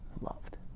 loved